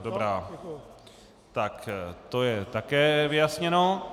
Dobrá, tak to je také vyjasněno.